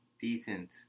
decent